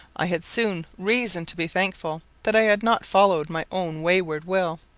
i had soon reason to be thankful that i had not followed my own wayward will,